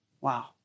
Wow